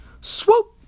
Swoop